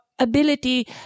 Ability